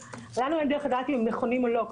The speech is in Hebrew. לנו אין דרך לדעת אם הם נכונים או לא,